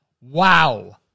wow